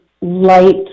light